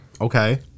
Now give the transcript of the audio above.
okay